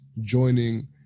joining